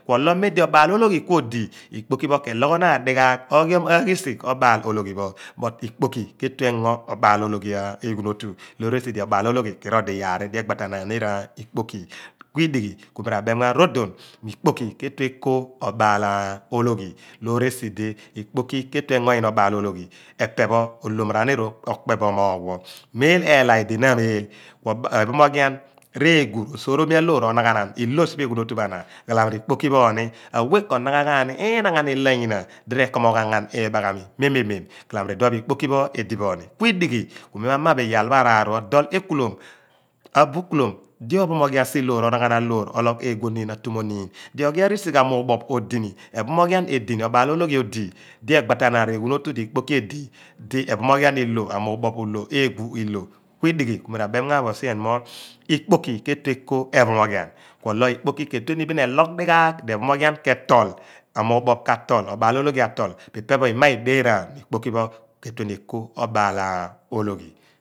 Kuolo memdi obaa ologhi kuodi ikpoki pho keloghanaan dighaagh oghia ghisigh obaal ologhi pho but ikpoki ketue engo obaal olghi eghun otu obaal ologhi kiro odo iyaar di egbatanaan ni itikpoki kuidighi ku mi ra beem ghan mo rodon mo ikpoki ketue eko obaal ologhi loor esidi ikpoki kee tue engo nyi na obaal ologhi pho epe pho oloom ra niir ekpe bo oomoogh pho miin eela idina alleey epho moghian rosoromi aloor reeghu onaghanaan elo siphe eghunnotu pho anna ghalamo r/ikpoki phooni. Awe kanaghaghaani linaghan ilo anyin a di re como ghan ghan ibaghami meme mem khalamo idion pho okpoki pho edi booni. Kuidighi ku mi ma ma bo iyaal pho araar pho dool ekuulom. Arukuloom di onaghanaan si loor otoogh eeghu nyoniin atum nyo niin di oghi arisigh kuodini edi, abaal ologhi odi di egbatanaan re ghu notu di ikpoki edi ephomoghian ilo amuubupi ulo eeghu io kuidighi ku mi ra bem ghaa bo sien mo ikpoki ketue eko ephomoghian kuelo ikpoki ke tue ni bin eloogh dighaagh di ephomoghian ke tool a muubuph katool obaal ologhi ka tool ipeho ima ideenaan mo ikpoki ke tue ni eko obaal ologhi.